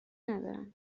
ندارم